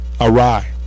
awry